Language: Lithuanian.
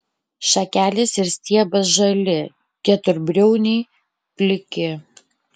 šakelės ir stiebas žali keturbriauniai pliki